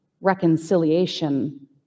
reconciliation